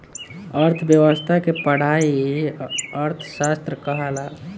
अर्थ्व्यवस्था के पढ़ाई अर्थशास्त्र कहाला